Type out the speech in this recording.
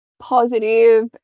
positive